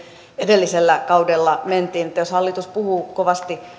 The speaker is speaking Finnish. edellisellä kaudella mentiin niin että jos hallitus puhuu kovasti